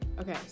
Okay